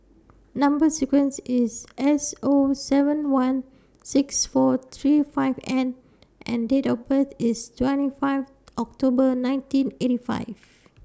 Number sequence IS S O seven one six four three five N and Date of birth IS twenty five October nineteen eighty five